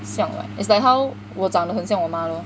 像 [what] it's like how 我长得很像我妈 lor